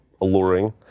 alluring